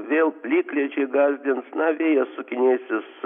vėl plikledžiai gasdins na vėjo sukinėsis